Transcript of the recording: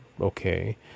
okay